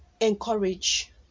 encourage